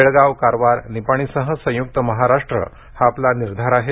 बेळगाव कारवार निपाणीसह संयूक महाराष्ट्र हा आपला निर्धार आहे